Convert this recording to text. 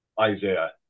Isaiah